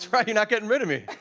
right, you're not getting rid of me.